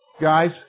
guys